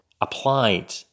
applied